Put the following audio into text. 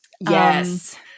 Yes